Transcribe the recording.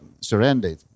surrendered